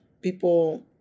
people